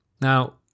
Now